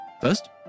First